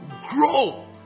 grow